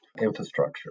infrastructure